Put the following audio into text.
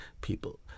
people